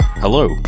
Hello